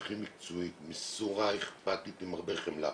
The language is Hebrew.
אם יהיה ויתור סודיות